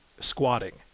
squatting